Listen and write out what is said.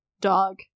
dog